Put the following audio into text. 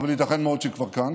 אבל ייתכן מאוד שהיא כבר כאן.